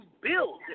build